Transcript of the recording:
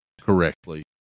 correctly